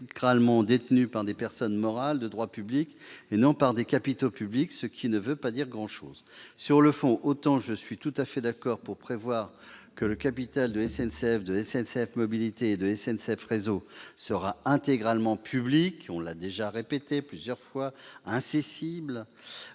intégralement détenu par des personnes morales de droit public, et non par des capitaux publics- expression qui ne veut pas dire grand-chose. Sur le fond, autant je suis tout à fait d'accord pour prévoir que le capital de SNCF, de SNCF Mobilités et de SNCF Réseau sera intégralement public et- cela a déjà été répété ...- incessible,